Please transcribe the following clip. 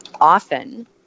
often